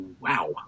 Wow